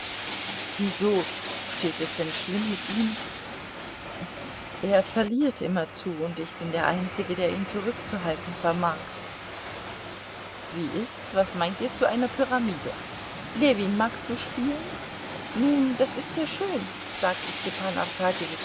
wieso steht es denn schlimm mit ihm er verliert immerzu und ich bin der einzige der ihn zurückzuhalten vermag wie ist's was meint ihr zu einer pyramide ljewin magst du spielen nun das ist ja schön sagte